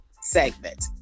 segment